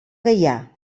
gaià